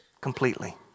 Completely